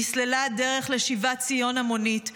נסללה הדרך לשיבת ציון המונית.